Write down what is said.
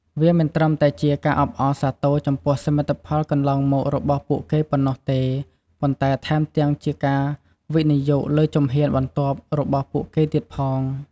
វាមិនត្រឹមតែជាការអបអរសាទរចំពោះសមិទ្ធផលកន្លងមករបស់ពួកគេប៉ុណ្ណោះទេ ប៉ុន្តែថែមទាំងជាការវិនិយោគលើជំហានបន្ទាប់របស់ពួកគេទៀតផង។